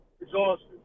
Exhausted